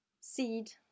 seed